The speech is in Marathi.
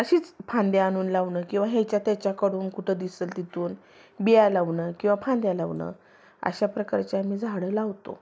अशीच फांदी आणून लावणं किंवा ह्याच्या त्याच्याकडून कुठं दिसंल तिथून बिया लावणं किंवा फांद्या लावणं अशा प्रकारचे आम्ही झाडं लावतो